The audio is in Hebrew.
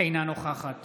אינה נוכחת